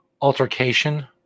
altercation